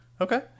Okay